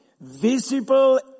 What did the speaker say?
visible